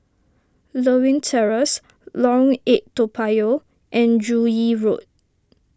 Lewin Terrace Lorong eight Toa Payoh and Joo Yee Road